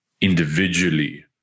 individually